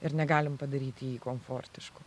ir negalim padaryti jį komfortišku